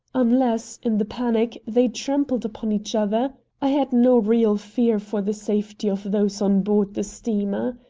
unless, in the panic, they trampled upon each other, i had no real fear for the safety of those on board the steamer.